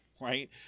Right